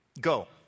Go